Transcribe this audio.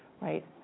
right